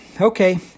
okay